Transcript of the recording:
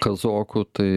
kazokų tai